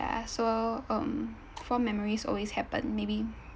so um fond memories always happen maybe